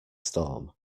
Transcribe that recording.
storm